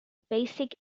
basic